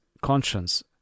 conscience